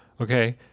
Okay